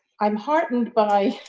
i'm heartened by